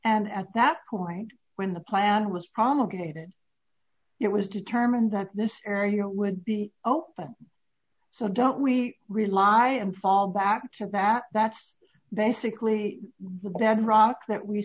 and at that point when the plan was promulgated it was determined that this area would be open so don't we rely and fall back to that that's basically the bedrock that we